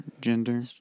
gender